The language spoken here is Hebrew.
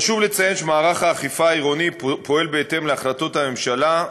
חשוב לציין שמערך האכיפה העירוני פועל בהתאם להחלטות הממשלה,